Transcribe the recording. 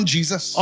Jesus